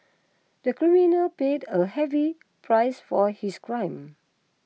the criminal paid a heavy price for his crime